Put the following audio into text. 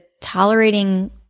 tolerating